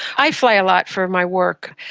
i fly a lot for my work,